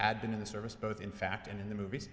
had been in the service both in fact and in the movie